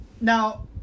Now